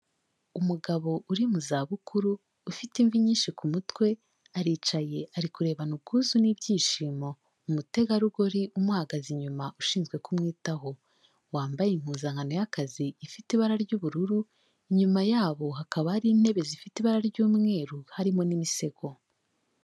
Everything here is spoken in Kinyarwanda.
Umugabo uri mu za bukuru, ufite imvi nyinshi ku mutwe, aricaye ari kurebana ubwuzu n'ibyishimo umutegarugori umuhagaze inyuma; ushinzwe kumwitaho wambaye impuzankano y'akazi, ifite ibara ry'ubururu, inyuma yabo hakaba hari intebe zifite ibara ry'umweru, harimo n'imisego.